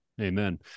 Amen